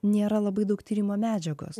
nėra labai daug tyrimo medžiagos